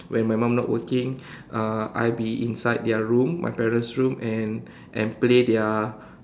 when my mum not working uh I be inside their room my parents' room and and play their